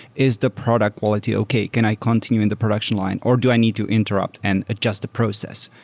is the product quality okay? can i continue in the production line or do i need to interrupt an adjust the process?